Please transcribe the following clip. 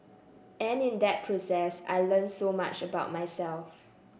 and in that process I learnt so much about myself